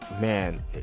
man